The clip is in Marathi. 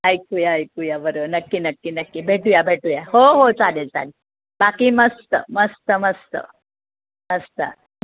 ऐकूया ऐकूया बरोबर नक्की नक्की नक्की भेटूया भेटूया हो हो चालेल चालेल बाकी मस्त मस्त मस्त मस्त